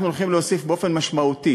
אנחנו הולכים להוסיף באופן משמעותי